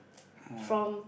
from